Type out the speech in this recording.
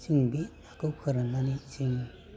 जों बे नाखौ फोरान्नानै जोङो